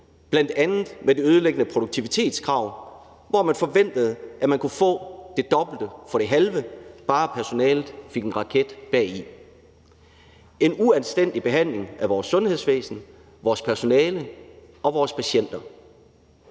bl.a. med det ødelæggende produktivitetskrav, hvor man forventede, at man kunne få det dobbelte for det halve, bare personalet fik en raket bagi. Det var en uanstændig behandling af vores sundhedsvæsen, vores personale og vores patienter.